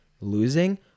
losing